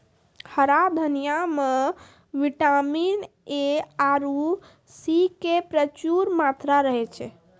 हरा धनिया मॅ विटामिन ए आरो सी के प्रचूर मात्रा रहै छै